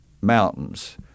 mountains